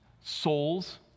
souls